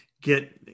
get